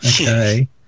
okay